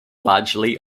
largely